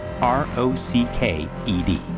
R-O-C-K-E-D